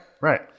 right